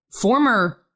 former